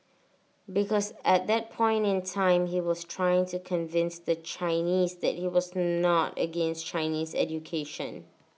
because at that point in time he was trying to convince the Chinese that he was not against Chinese education